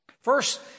First